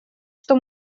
что